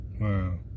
wow